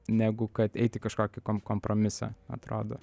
negu kad eit į kažkokį kompromisą atrodo